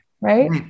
right